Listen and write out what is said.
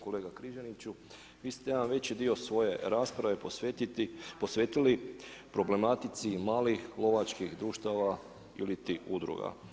Kolega Križaniću, vi ste jedan veći dio svoje rasprave posvetili problematici malih lovačkih društava ili udruga.